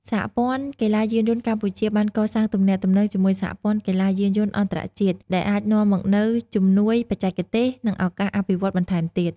សហព័ន្ធកីឡាយានយន្តកម្ពុជា បានកសាងទំនាក់ទំនងជាមួយសហព័ន្ធកីឡាយានយន្តអន្តរជាតិ ដែលអាចនាំមកនូវជំនួយបច្ចេកទេស និងឱកាសអភិវឌ្ឍបន្ថែមទៀត។